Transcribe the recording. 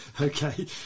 okay